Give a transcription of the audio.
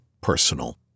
personal